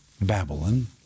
Babylon